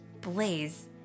Blaze